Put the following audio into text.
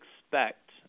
expect